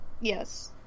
yes